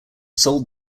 sold